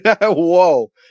Whoa